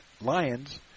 Lions